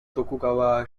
tokugawa